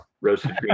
roasted